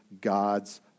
God's